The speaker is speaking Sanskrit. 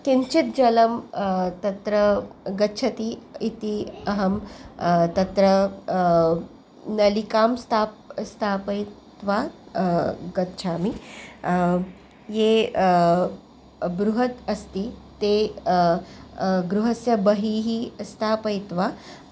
किञ्चित् जलं तत्र गच्छति इति अहं तत्र नलिकां स्थाप् स्थापयित्वा गच्छामि ये बृहत् अस्ति ते गृहस्य बहिः स्थापयित्वा